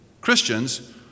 Christians